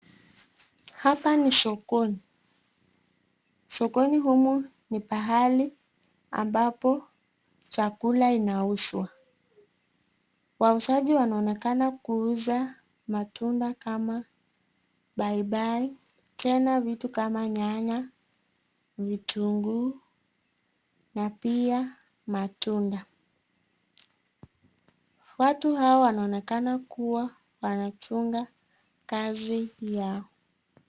Hapa ni sokoni. Sokoni humu ni pahali ambapo chakula inauzwa. Wauzaji wanaonekana kuuza matunda kama paipai, tena vitu kama nyanya, vitunguu na pia matunda. Watu hao wanaonekana kuwa wanachunga kazi yao.